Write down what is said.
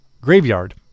graveyard